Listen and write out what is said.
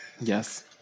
Yes